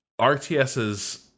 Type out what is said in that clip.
RTS's